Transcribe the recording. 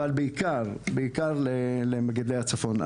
אבל עיקר למגדלי הצפון.